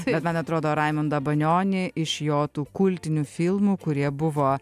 bet man atrodo raimundą banionį iš jo tų kultinių filmų kurie buvo